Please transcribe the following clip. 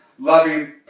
loving